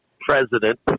president